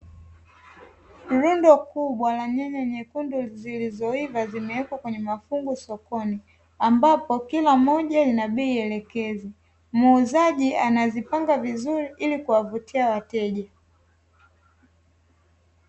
Lundo kubwa la nyanya nyekundu zilizoiva, zimewekwa kwenye mafungu sokoni, ambapo kila moja lina bei elekezi, muuzaji anazipanga vizuri ili kuwavutia wateja.